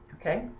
okay